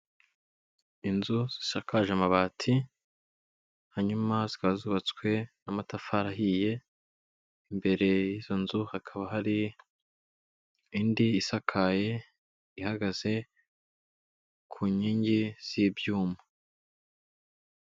Inzu zisakaje amabati hanyuma zikaba zubatswe n'amatafari ahiye, imbere y'izo nzu hakaba hari indi isakaye, ihagaze ku nkingi z'ibyuma.